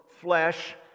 flesh